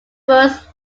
rose